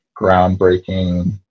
groundbreaking